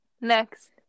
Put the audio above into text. Next